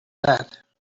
that